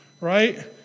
right